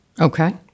Okay